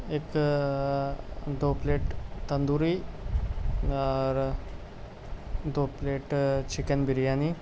ایک دو پلیٹ تندوری اور دو پلیٹ چکن بریانی